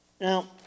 Now